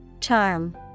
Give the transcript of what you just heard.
Charm